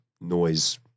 noise